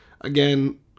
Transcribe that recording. again